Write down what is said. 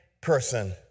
person